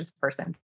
person